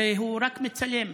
הרי הוא רק מצלם,